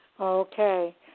Okay